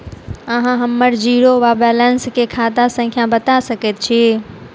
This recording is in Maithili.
अहाँ हम्मर जीरो वा बैलेंस केँ खाता संख्या बता सकैत छी?